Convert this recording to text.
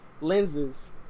lenses